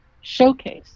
showcase